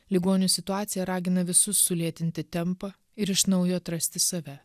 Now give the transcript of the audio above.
ligonių situacija ragina visus sulėtinti tempą ir iš naujo atrasti save